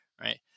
right